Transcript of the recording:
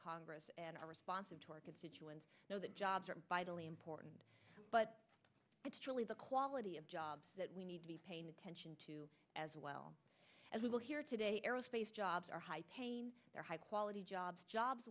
congress and are responsive to our constituents know that jobs are vitally important but it's really the quality of jobs that we need to be paying attention to as well as we will here today aerospace jobs are high tain they're high quality jobs